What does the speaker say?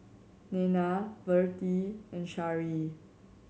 Nena Vertie and Shari